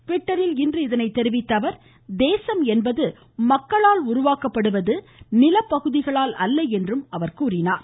ட்விட்டரில் இன்று இதனை தெரிவித்த அவர் தேசம் என்பது மக்களால் உருவாக்கப்படுவது நிலப்பகுதிகளால் அல்ல என்றும் கூறியிருக்கிறார்